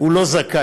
הוא לא זכאי.